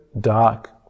dark